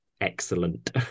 excellent